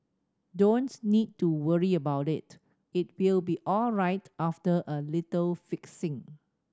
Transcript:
don't need to worry about it it will be alright after a little fixing